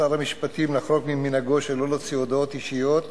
שר המשפטים לחרוג ממנהגו שלא להוציא הודעות אישיות,